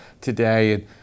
today